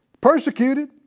Persecuted